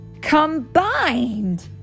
combined